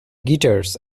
guitars